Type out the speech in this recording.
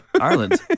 Ireland